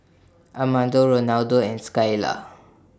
Amado Rolando and Skyla